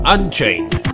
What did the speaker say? Unchained